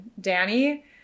Danny